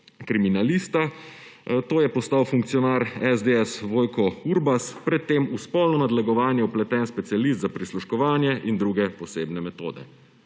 kriminalista, to je postal funkcionar SDS Vojko Urbas, pred tem v spolno nadlegovanje vpleten specialist za prisluškovanje in druge posebne metode.